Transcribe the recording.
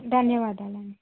ధన్యవాదాలండి